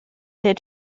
der